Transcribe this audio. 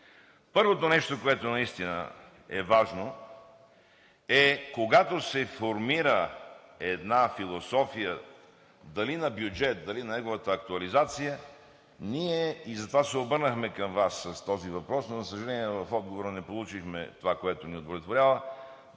Първото нещо, което наистина е важно, е: когато се формира една философия – дали на бюджет, дали на неговата актуализация, и затова се обърнахме към Вас с този въпрос, но, за съжаление, в отговора не получихме това, което ни удовлетворява,